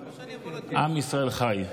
עם ישראל חי.